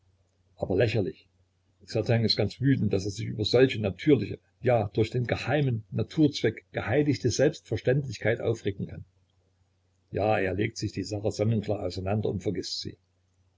aber lächerlich certain ist ganz wütend daß er sich über solche natürliche ja durch den geheimen naturzweck geheiligte selbstverständlichkeit aufregen kann ja er legt sich die sache sonnenklar auseinander und vergißt sie